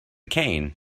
cane